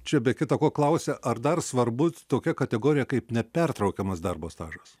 čia be kita ko klausia ar dar svarbu tokia kategorija kaip nepertraukiamas darbo stažas